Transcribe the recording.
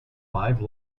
five